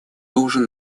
должен